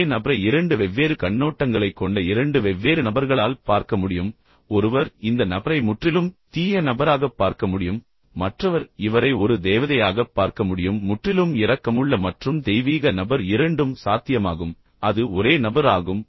ஒரே நபரை இரண்டு வெவ்வேறு கண்ணோட்டங்களைக் கொண்ட இரண்டு வெவ்வேறு நபர்களால் பார்க்க முடியும் ஒருவர் இந்த நபரை முற்றிலும் தீய நபராகப் பார்க்க முடியும் மற்றவர் இவரை ஒரு தேவதையாகப் பார்க்க முடியும் முற்றிலும் இரக்கமுள்ள மற்றும் தெய்வீக நபர் இரண்டும் சாத்தியமாகும் அது ஒரே நபர் ஆகும்